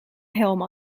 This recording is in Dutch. helm